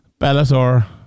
Bellator